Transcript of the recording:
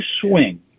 swing